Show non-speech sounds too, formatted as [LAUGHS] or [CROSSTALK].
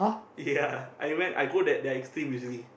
ya [LAUGHS] I went I go that that extreme usually